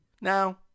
now